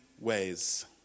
ways